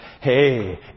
Hey